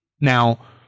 Now